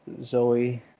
Zoe